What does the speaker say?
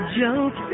joke